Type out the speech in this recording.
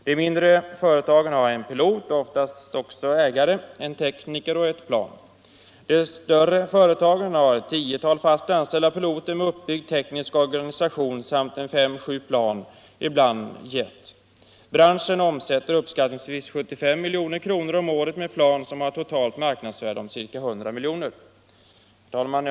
De mindre företagen har en pilot som oftast också en ägare, en tekniker och ett plan. De större företagen har 10-talet fast anställda piloter med uppbyggd teknisk organisation samt 5-7 plan, ibland jetplan. Branschen omsätter uppskattningsvis 75 milj.kr. om året med plan som har ett totalt marknadsvärde om ca 100 milj.kr. Herr talman!